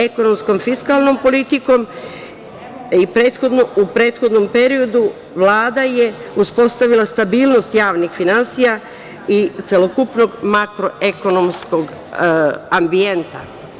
Ekonomskom fiskalnom politikom u prethodnom periodu Vlada je uspostavila stabilnost javnih finansija i celokupnog makroekonomskog ambijenta.